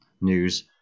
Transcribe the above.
news